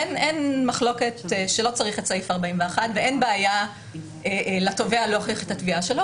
אין מחלוקת שלא צריך את סעיף 41 ואין בעיה לתובע להוכיח את התביעה שלו.